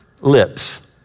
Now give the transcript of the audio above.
lips